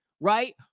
right